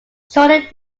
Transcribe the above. shortly